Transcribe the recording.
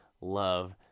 love